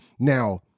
Now